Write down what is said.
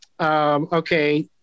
Okay